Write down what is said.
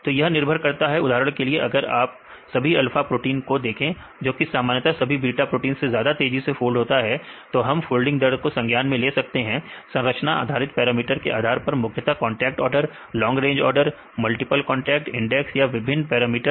तो यह निर्भर करता है उदाहरण के लिए अगर आप सभी अल्फा प्रोटीन को देखें जो कि सामान्यतः सभी बीटा प्रोटीन से ज्यादा तेजी से फोल्ड होता है तो हम इस फोल्डिंग दर को संज्ञान में ले सकते हैं संरचना आधारित पैरामीटर के आधार पर मुख्यतः contact order long range order multiple contact index या विभिन्न पैरामीटर